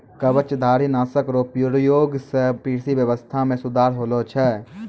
कवचधारी नाशक रो प्रयोग से कृषि व्यबस्था मे सुधार होलो छै